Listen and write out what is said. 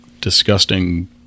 disgusting